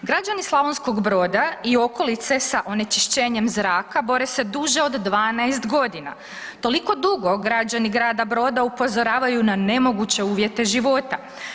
Građani Slavonskog Broda i okolice sa onečišćenjem zraka bore se duže od 12 g., toliko dugo građani grada Broda upozoravaju na nemoguće uvjete života.